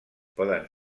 poden